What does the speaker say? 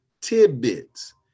tidbits